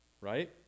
right